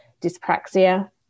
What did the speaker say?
dyspraxia